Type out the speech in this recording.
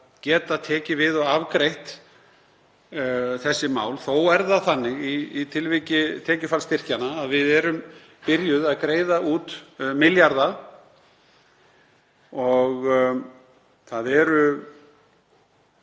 geta tekið við og afgreitt þessi mál. Þó er það þannig í tilviki tekjufallsstyrkjanna að við erum byrjuð að greiða út milljarða og það eru